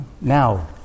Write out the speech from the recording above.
now